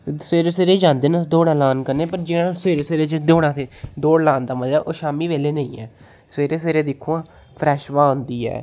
सवेरे सवेरे ही जांदे न अस दौड़ा लान कन्नै पर जियां सवेरे सवेरे जे दौडां ते दौड़ लान दा मजा ओह् शाम्मी बेल्ले नेईं ऐ सवेरे सवेरे दिक्खो हां फ्रैश ब्हाऽ होंदी ऐ